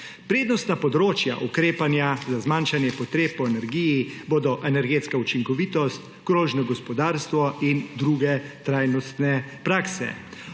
Prednostna področja ukrepanja za zmanjšanje potreb po energiji bodo: energetska učinkovitost, krožno gospodarstvo in druge trajnostne prakse.